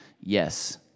yes